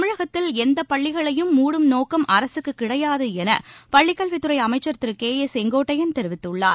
தமிழகத்தில் எந்தப் பள்ளிகளையும் மூடும் நோக்கம் அரசுக்கு கிடையாது என பள்ளிக்கல்வித்துறை அமைச்சர் திரு கே ஏ செங்கோட்டையன் தெரிவித்துள்ளார்